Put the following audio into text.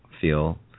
feel